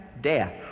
death